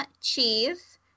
cheese